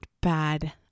bad